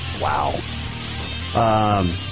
Wow